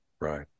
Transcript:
Right